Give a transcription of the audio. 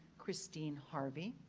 christine harvey.